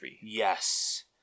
Yes